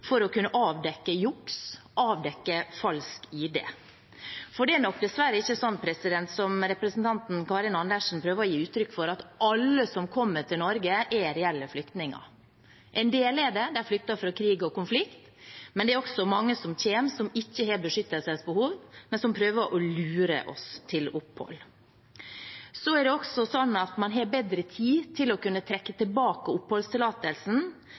å kunne avdekke juks, avdekke falsk ID. For det er nok dessverre ikke slik som representanten Karin Andersen prøver å gi uttrykk for, at alle som kommer til Norge er reelle flyktninger. En del er det, de flytter fra krig og konflikt, men det er også mange som kommer som ikke har beskyttelsesbehov, men som prøver å lure oss til opphold. Så er det også slik at man har bedre tid til å kunne trekke tilbake oppholdstillatelsen,